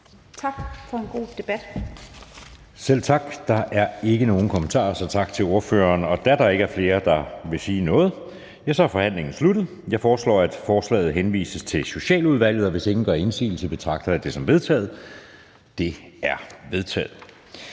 næstformand (Jeppe Søe): Selv tak. Der er ikke nogen kommentarer, så tak til ordføreren. Da der ikke er flere, der vil sige noget, er forhandlingen sluttet. Jeg foreslår, at forslaget til folketingsbeslutning henvises til Socialudvalget. Hvis ingen gør indsigelse, betragter jeg det som vedtaget. Det er vedtaget.